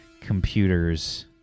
computer's